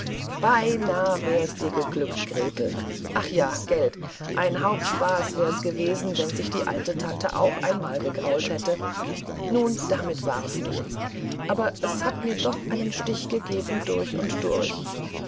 beinahe wär dir's geglückt gretel ach ja gelt ein hauptspaß wär's gewesen wenn sich die alte tante auch einmal gegrault hätte na damit war's nichts aber es hat mir doch einen stich durch und durchgegeben